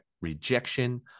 rejection